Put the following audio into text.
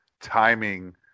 timing